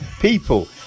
People